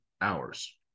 hours